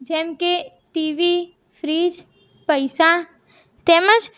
જેમ કે TV fridge પૈસા તેમજ